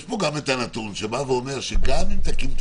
יש פה גם הנתון שאומר שגם אם תקים את